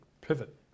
Pivot